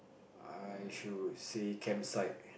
I should say camp site